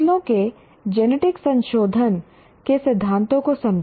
फसलों के जेनेटिक संशोधन के सिद्धांतों को समझें